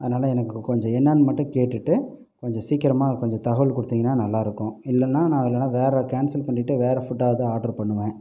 அதனால் எனக்கு கொஞ்சம் என்னெனான்னு மட்டும் கேட்டுகிட்டு கொஞ்சம் சீக்கிரமாக கொஞ்சம் தகவல் கொடுத்தீங்கன்னா நல்லா இருக்கும் இல்லைன்னா நான் இல்லைன்னா வேறு கேன்சல் பண்ணிகிட்டு வேறு ஃபுட்டாவது ஆர்டர் பண்ணுவேன்